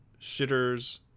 shitters